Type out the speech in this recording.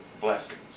blessings